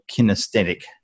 kinesthetic